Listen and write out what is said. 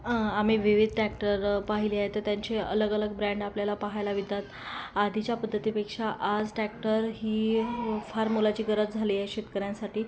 आम्ही विविध टॅक्टर पाहिले आहे तर त्यांचे अलग अलग ब्रॅंड आपल्याला पाहायला मिळतात आधीच्या पद्धतीपेक्षा आज टॅक्टर ही फार मोलाची गरज झाली आहे शेतकऱ्यांसाठी